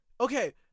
okay